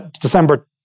December